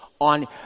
on